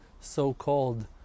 so-called